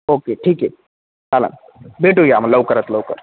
okay ठीक आहे चला भेटूया मग लवकरात लवकर